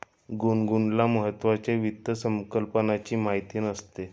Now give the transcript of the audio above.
गुनगुनला महत्त्वाच्या वित्त संकल्पनांची माहिती नसते